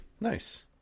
nice